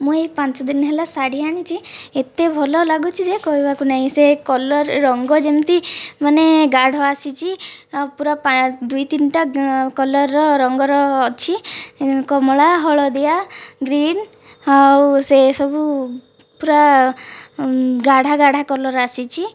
ମୁଁ ଏହି ପାଞ୍ଚ ଦିନ ହେଲା ଶାଢ଼ୀ ଆଣିଛି ଏତେ ଭଲଲାଗୁଛି ଯେ କହିବାକୁ ନାହିଁ ସେ କଲର ରଙ୍ଗ ଯେମିତି ମାନେ ଗାଢ଼ ଆସିଛି ଆଉ ପୂରା ଦୁଇ ତିନିଟା କଲରର ରଙ୍ଗର ଅଛି କମଳା ହଳଦିଆ ଗ୍ରୀନ୍ ଆଉ ସେସବୁ ପୂରା ଗାଢ଼ା ଗାଢ଼ା କଲର ଆସିଛି